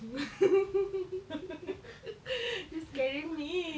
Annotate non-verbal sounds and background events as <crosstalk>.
mm <laughs> <breath> you scaring me